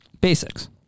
basics